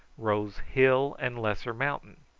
rose hill and lesser mountain.